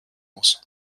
muss